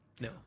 No